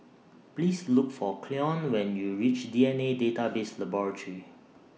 Please Look For Cleone when YOU REACH D N A Database Laboratory